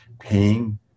paying